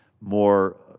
more